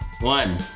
one